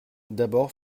d’abord